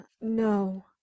no